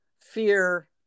fear